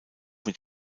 mit